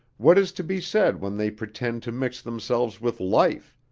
what is to be said when they pretend to mix themselves with life,